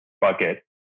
bucket